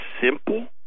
simple